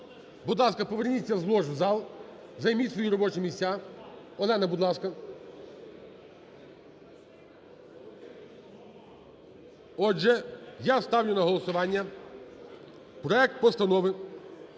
Будь ласка, поверніться з лож в зал, займіть свої робочі місця. Олено, будь ласка. Отже, я ставлю на голосування проект Постанови